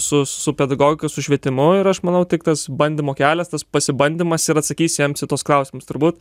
su su pedagogika su švietimu ir aš manau tik tas bandymų kelias tas pasibandymas ir atsakys jiems į tuos klausimus turbūt